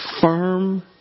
firm